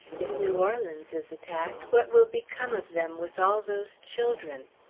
if new orleans is attacked, what will become of them with all those children?